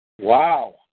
Wow